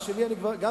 על שלי אני יודע,